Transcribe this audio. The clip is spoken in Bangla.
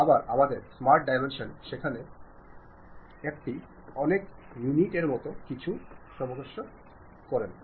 আবার আমাদের স্মার্ট ডাইমেনশন সেখানে যেতে দুর্দান্ত এটি এই অনেক ইউনিট এর মত কিছু সামঞ্জস্য করুন